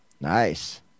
Nice